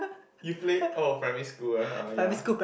you play oh primary school ah oh ya